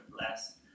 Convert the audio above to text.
less